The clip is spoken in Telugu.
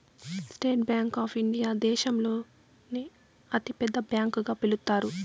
స్టేట్ బ్యాంక్ ఆప్ ఇండియా దేశంలోనే అతి పెద్ద బ్యాంకు గా పిలుత్తారు